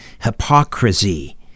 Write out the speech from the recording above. Hypocrisy